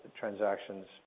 transactions